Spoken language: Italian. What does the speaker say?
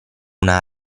una